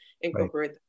incorporate